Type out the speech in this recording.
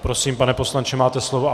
Prosím, pane poslanče, máte slovo.